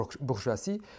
bourgeoisie